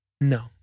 No